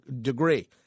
degree